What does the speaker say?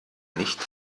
nicht